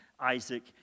Isaac